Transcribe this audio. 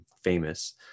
famous